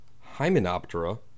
Hymenoptera